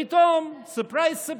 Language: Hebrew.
פתאום surprise,